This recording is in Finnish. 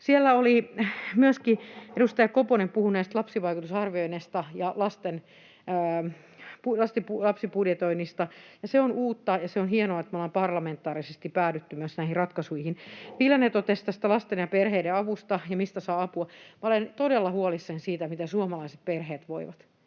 edustaja Koponen puhui näistä lapsivaikutusarvioinneista ja lapsibudjetoinnista. Se on uutta, ja on hienoa, että me ollaan parlamentaarisesti päädytty myös näihin ratkaisuihin. Viljanen totesi tästä lasten ja perheiden avusta ja siitä, mistä saa apua. Olen todella huolissani siitä, miten suomalaiset perheet voivat.